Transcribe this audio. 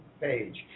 page